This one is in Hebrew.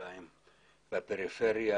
ירושלים והפריפריה.